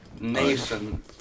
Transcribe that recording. nation